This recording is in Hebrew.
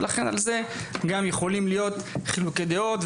ולכן על זה גם יכולים להיות חילוקי דעות,